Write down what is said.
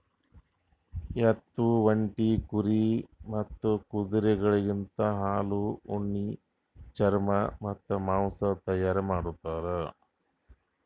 ಎತ್ತು, ಒಂಟಿ, ಕುರಿ ಮತ್ತ್ ಕುದುರೆಗೊಳಲಿಂತ್ ಹಾಲು, ಉಣ್ಣಿ, ಚರ್ಮ ಮತ್ತ್ ಮಾಂಸ ತೈಯಾರ್ ಮಾಡ್ತಾರ್